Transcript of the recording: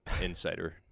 Insider